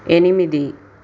ఎనిమిది